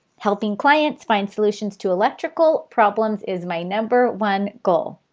helping clients find solutions to electrical problems is my number one goal.